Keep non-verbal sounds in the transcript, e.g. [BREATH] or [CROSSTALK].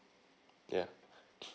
ya [BREATH]